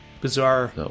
Bizarre